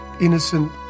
innocent